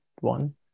one